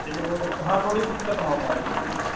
چلیے بہت اچھا ہاں تھوڑی دقت نہ ہو پائے ٹھیک ہے